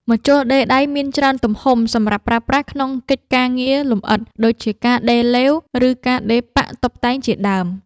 ម្ជុលដេរដៃមានច្រើនទំហំសម្រាប់ប្រើប្រាស់ក្នុងកិច្ចការងារលម្អិត ដូចជាការដេរឡេវ ឬការដេរប៉ាក់តុបតែងជាដើម។